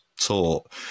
taught